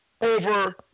over –